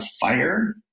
fire